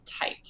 tight